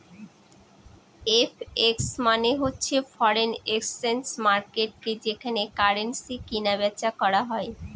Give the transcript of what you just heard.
FX মানে হচ্ছে foreign exchange মার্কেটকে যেখানে কারেন্সি কিনা বেচা করা হয়